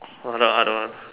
or the other one